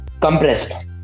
compressed